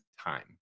time